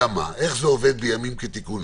איך זה עובד בימים כתיקונם?